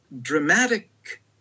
dramatic